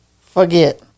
Forget